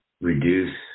reduce